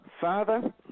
Father